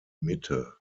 mitte